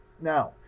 Now